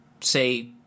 say